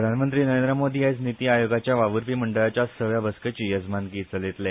प्रधानमंत्री नरेंद्र मोदी आयज नीती आयोगाच्या वाव्रपी मंडळाच्या सव्या बसकेची येजमानकी चलयतले